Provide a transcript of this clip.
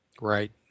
Right